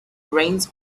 reins